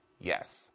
Yes